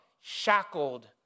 shackled